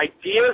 ideas